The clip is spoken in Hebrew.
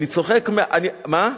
אני צוחק, מה?